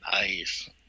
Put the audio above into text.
nice